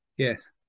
yes